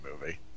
movie